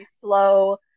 slow